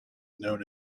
known